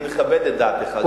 אני מכבד את דעתך,